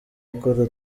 akora